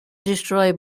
destroy